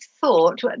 thought